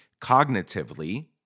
cognitively